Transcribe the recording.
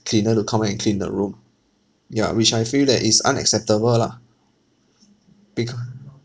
cleaner to come up and clean the room ya which I feel that is unacceptable lah because